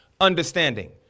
understanding